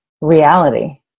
reality